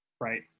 Right